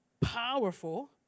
powerful